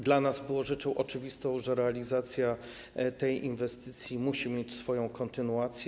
Dla nas było rzeczą oczywistą, że realizacja tej inwestycji musi mieć swoją kontynuację.